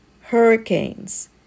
Hurricanes